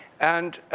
and